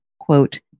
quote